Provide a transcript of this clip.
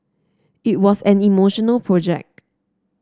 it was an emotional project